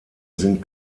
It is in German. sind